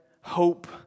hope